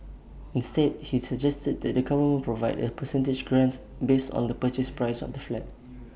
instead he suggested that the government Provide A percentage grant based on the purchase price of the flat